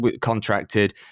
contracted